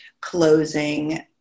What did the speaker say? closing